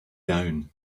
down